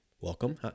welcome